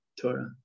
Torah